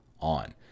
on